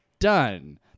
Done